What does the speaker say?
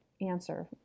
answer